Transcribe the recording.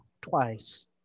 twice